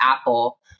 Apple